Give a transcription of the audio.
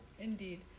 Indeed